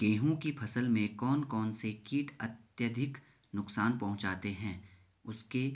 गेहूँ की फसल में कौन कौन से कीट अत्यधिक नुकसान पहुंचाते हैं उसके